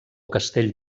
castell